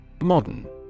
Modern